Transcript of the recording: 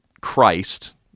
Christ